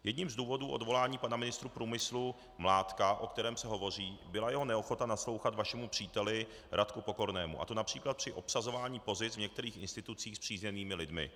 Jedním z důvodů odvolání pana ministra průmyslu Mládka, o kterém se hovoří, byla jeho neochota naslouchat vašemu příteli Radku Pokornému, a to například při obsazování pozic v některých institucích spřízněnými lidmi.